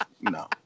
no